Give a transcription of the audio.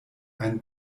ein